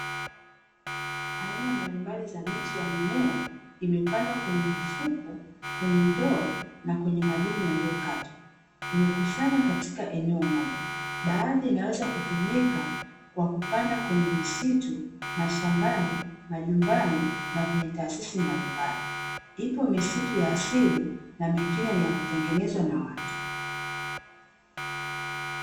Aina mbalimbali za miche ya mimea, imepandwa kwenye mifuko, kwenye ndoo na kwenye madumu yaliyokatwa, imekusanywa katika eneo moja. Baadhi inaweza kutumika kwa kupanda kwenye misitu, mashambani, majumbani na kwenye taasisi mbalimbali. Ipo misitu ya asili na mingine ni ya kutengenezwa na watu.